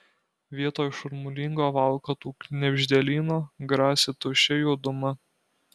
vietoj šurmulingo valkatų knibždėlyno grasi tuščia juoduma